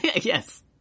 yes